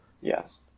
Yes